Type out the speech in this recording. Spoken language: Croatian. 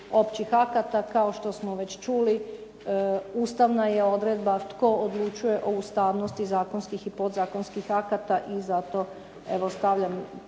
općih akata kao što smo već čuli ustavna je odredba tko odlučuje o ustavnosti zakonskih i podzakonskih akata i zato evo stavljam